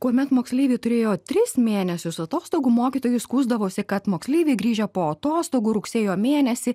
kuomet moksleiviai turėjo tris mėnesius atostogų mokytojai skųsdavosi kad moksleiviai grįžę po atostogų rugsėjo mėnesį